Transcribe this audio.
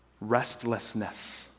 Restlessness